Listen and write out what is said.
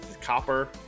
Copper